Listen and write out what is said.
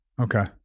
Okay